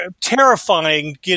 terrifying